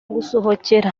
gusohokera